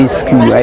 school